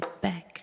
back